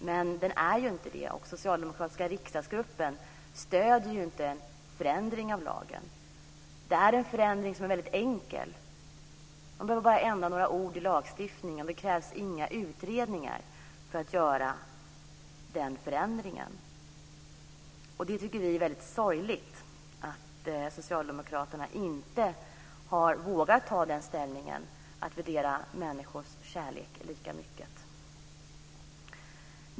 Men den är inte det, och den socialdemokratiska riksdagsgruppen stöder inte en förändring av lagen. Det här är en enkel förändring. Det är bara några ord som behöver ändras i lagstiftningen. Det krävs inga utredningar för att göra den förändringen. Det är sorgligt att Socialdemokraterna inte har vågat ta ställning för att värdera människors kärlek lika.